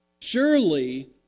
Surely